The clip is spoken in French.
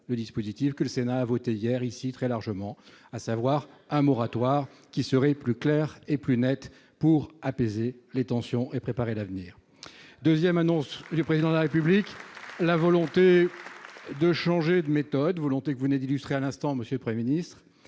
le dispositif que le Sénat a voté hier très largement, à savoir un moratoire, ce qui serait plus clair et plus net pour apaiser les tensions et préparer l'avenir ? Deuxième annonce du Président de la République : sa volonté de changer de méthode, volonté que vous venez d'illustrer à l'instant, monsieur le Premier ministre,